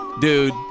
dude